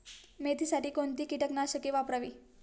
मेथीसाठी कोणती कीटकनाशके वापरावी?